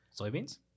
Soybeans